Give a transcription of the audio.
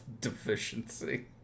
deficiency